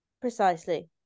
precisely